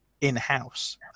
in-house